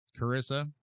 Carissa